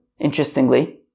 interestingly